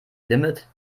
limit